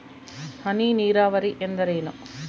ಹನಿ ನೇರಾವರಿ ಎಂದರೇನು?